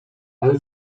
ale